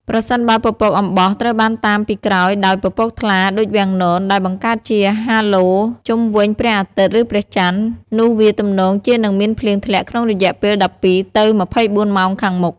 ប្រសិនបើពពកអំបោះ ត្រូវបានតាមពីក្រោយដោយពពកថ្លាដូចវាំងននដែលបង្កើតជាហាឡូជុំវិញព្រះអាទិត្យ ឬព្រះច័ន្ទ នោះវាទំនងជានឹងមានភ្លៀងធ្លាក់ក្នុងរយៈពេល ១២ ទៅ ២៤ ម៉ោងខាងមុខ។